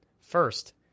First